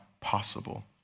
possible